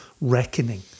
reckoning